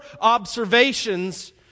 observations